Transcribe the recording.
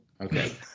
Okay